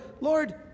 Lord